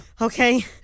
okay